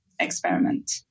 experiment